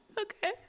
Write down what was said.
Okay